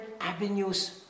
avenues